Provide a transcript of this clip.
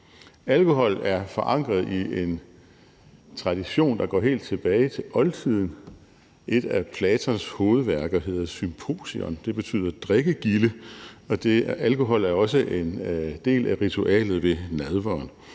Alkohol er forankret i en tradition, der går helt tilbage til oldtiden. Et af Platons hovedværker hedder »Symposion«. Det betyder drikkegilde, og alkohol er også en del af ritualet ved nadveren.